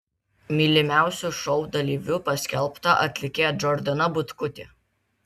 mylimiausiu šou dalyviu paskelbta atlikėja džordana butkutė